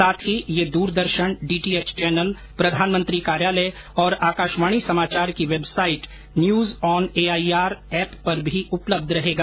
साथ ही ये द्रदर्शन डीटीएच चैनल प्रधानमंत्री कार्यालय और आकाशवाणी समाचार की website news on AIR app पर भी उपलब्ध रहेगा